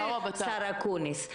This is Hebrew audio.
עם שר הרווחה אקוניס.